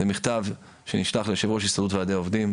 זה מכתב שנשלח ליושב-ראש הסתדרות ועדי העובדים.